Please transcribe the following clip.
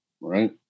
right